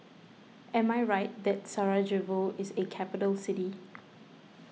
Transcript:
am I right that Sarajevo is a capital city